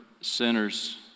sinners